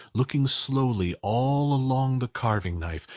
looking slowly all along the carving-knife,